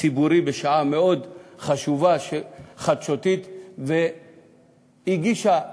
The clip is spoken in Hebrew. ציבורי בשעה מאוד חשובה חדשותית והגישה וחזרה.